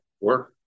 work